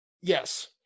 Yes